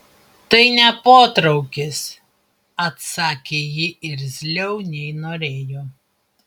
tai ne potraukis atsakė ji irzliau nei norėjo